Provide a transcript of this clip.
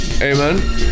Amen